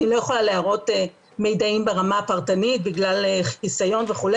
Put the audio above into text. אני לא יכולה להראות מידע ברמה הפרטנית בגלל חיסיון וכו',